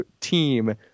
team